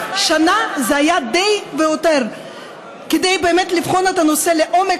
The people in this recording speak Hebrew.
שנה זה היה די והותר כדי באמת לבחון את הנושא לעומק